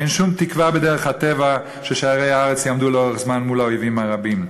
אין שום תקווה שבדרך הטבע שערי הארץ יעמדו לאורך זמן מול האויבים הרבים.